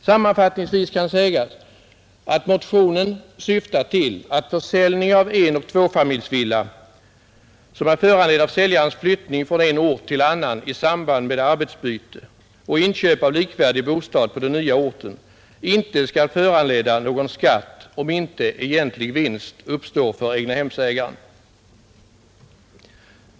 Sammanfattningsvis kan sägas, att motionen syftar till att försäljning av enoch tvåfamiljsfastighet som är föranledd av säljarens flyttning från en ort till en annan i samband med arbetsbyte och inköp av likvärdig bostad på den nya orten inte skall föranleda någon skatt om inte egentlig vinst uppstått för egnahemsägaren.